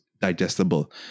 digestible